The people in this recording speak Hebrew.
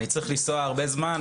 אני צריך לנסוע הרבה זמן,